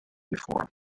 before